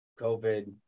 COVID